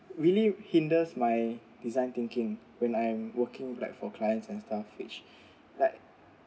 really hinders my design thinking when I'm working like for clients and stuff which like